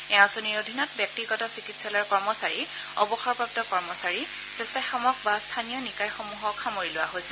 এই আঁচনিৰ অধীনত ব্যক্তিগত চিকিৎসালয়ৰ কৰ্মচাৰী অৱসৰপ্ৰাপু কৰ্মচাৰী স্বেচ্ছাসেৱক বা স্থানীয় নিকায়সমূহৰ সামৰি লোৱা হৈছে